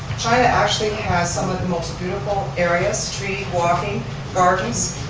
china actually has some of the most beautiful areas, street-walking gardens,